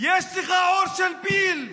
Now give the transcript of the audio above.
יש לך עור של פיל.